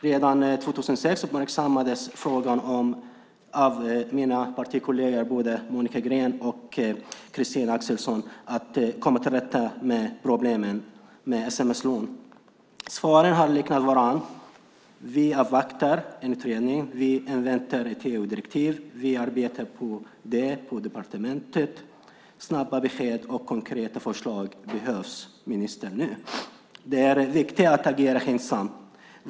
Redan 2006 uppmärksammades frågan av mina partikolleger Monica Green och Christina Axelsson i syfte att komma till rätta med problemen med sms-lån. Svaren har liknat varandra: Vi avvaktar en utredning, vi inväntar ett EU-direktiv, vi arbetar med det på departementet. Men snabba besked och konkreta förslag behövs nu, ministern! Det är viktigt att agera skyndsamt.